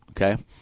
okay